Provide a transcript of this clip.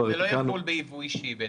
כלומר זה לא יחול בייבוא אישי.